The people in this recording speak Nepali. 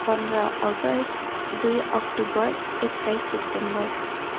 पन्ध्र अगस्त दुई अक्टोबर एक्काइस सेप्टेम्बर